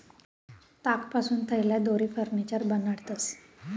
तागपासून थैल्या, दोरी, फर्निचर बनाडतंस